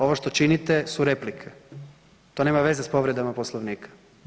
Ovo što činite su replike, to nema veze s povredama Poslovnika.